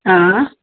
हा